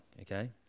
okay